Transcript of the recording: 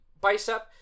bicep